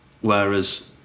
whereas